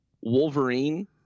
Wolverine